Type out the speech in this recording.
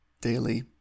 daily